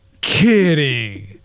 kidding